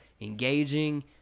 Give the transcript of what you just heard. engaging